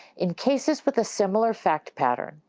in cases with a similar fact pattern,